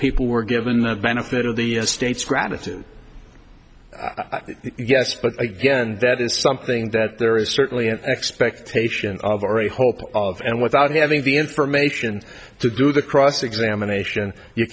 people were given the benefit of the state's gratitude yes but again that is something that there is certainly an expectation of or a hope of and without having the information to do the cross examination you